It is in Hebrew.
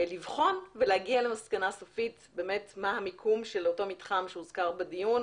לבחון ולהגיע למסקנה סופית לגבי המיקום של אותו מתחם שהוזכר בדיון,